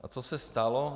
A co se stalo?